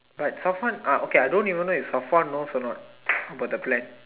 but Safwan ah okay I don't even know if Safwan knows or not about then plan